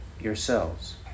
yourselves